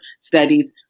studies